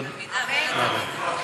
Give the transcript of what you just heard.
תודה רבה.